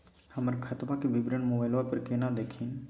हमर खतवा के विवरण मोबाईल पर केना देखिन?